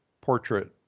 portrait